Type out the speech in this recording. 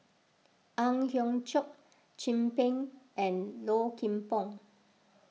Ang Hiong Chiok Chin Peng and Low Kim Pong